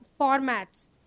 formats